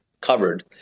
covered